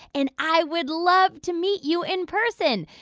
and i would love to meet you in person.